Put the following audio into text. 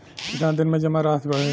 कितना दिन में जमा राशि बढ़ी?